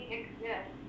exist